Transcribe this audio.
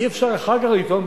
אי-אפשר אחר כך לטעון,